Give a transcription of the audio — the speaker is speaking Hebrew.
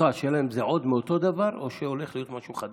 השאלה אם זה עוד מאותו דבר או שהולך להיות משהו חדש,